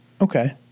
okay